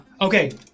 Okay